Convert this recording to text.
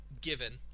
given